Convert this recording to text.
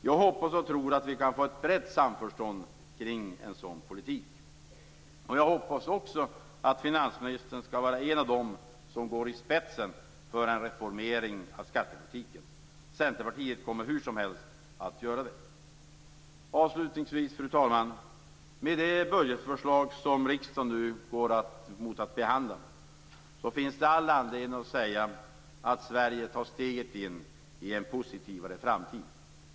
Jag hoppas och tror att vi kan få ett brett samförstånd kring en sådan politik. Jag hoppas också att finansministern skall vara en av dem som går i spetsen för en reformering av skattepolitiken. Centerpartiet kommer hur som helst att göra det. Fru talman! Med det budgetförslag som riksdagen nu skall behandla finns det all anledning att säga att Sverige tar steget in i en positivare framtid.